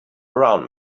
around